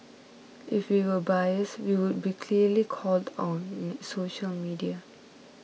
if we were biased we would be clearly called on social media